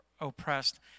oppressed